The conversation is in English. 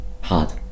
hard